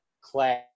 class